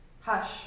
Hush